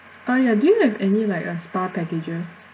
uh ya do you have any like uh spa packages